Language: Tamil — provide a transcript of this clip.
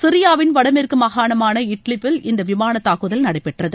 சிரியாவின் வடமேற்கு மாகாணமான இட்லிப் பில்இந்த விமான தாக்குதல் நடைபெற்றது